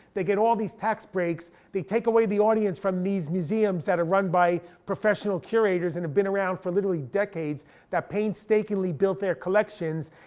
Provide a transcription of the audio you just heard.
they get all these tax breaks, they take away the audience from these museums that are run by professional curators, and have been around for literally decades that painstakingly built their collections.